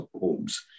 homes